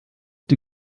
die